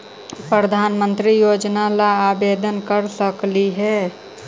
प्रधानमंत्री योजना ला आवेदन कर सकली हे?